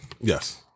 Yes